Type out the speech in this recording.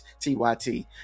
TYT